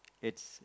it's